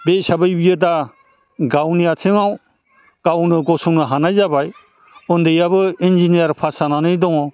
बे हिसाबै बियो दा गावनि आथिंआव गावनो गसंनो हानाय जाबाय उन्दैयाबो इन्जिनियार पास जानानै दङ